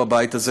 בבית הזה,